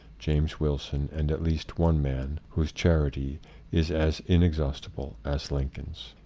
james wilson, and at least one man whose charity is as inex haustible as lincoln's.